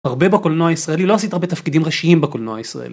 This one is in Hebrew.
הרבה בקולנוע הישראלי לא עשית הרבה תפקידים ראשיים בקולנוע הישראלי.